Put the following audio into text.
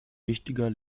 wichtiger